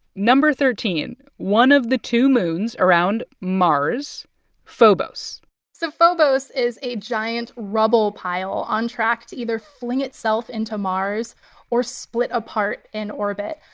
thirteen, one of the two moons around mars phobos so phobos is a giant rubble pile on track to either fling itself into mars or split apart in orbit.